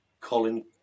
Colin